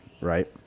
right